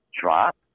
drop